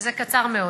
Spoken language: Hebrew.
וזה קצר מאוד.